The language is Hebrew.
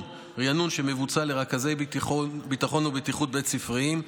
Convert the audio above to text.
שמבוצע לרכזי ביטחון ובטיחות בית-ספריים,